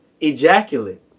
ejaculate